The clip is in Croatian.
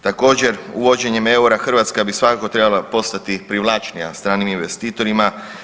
Također, uvođenjem EUR-a Hrvatska bi svakako trebala postati privlačnija stranim investitorima.